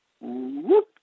whoop